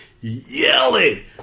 yelling